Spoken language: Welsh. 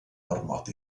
ormod